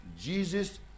Jesus